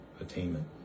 attainment